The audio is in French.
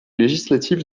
législatif